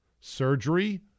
Surgery